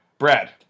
Brad